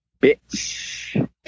bitch